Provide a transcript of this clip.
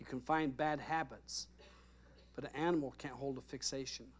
you can find bad habits but the animal can hold a fixation